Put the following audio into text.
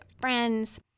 friends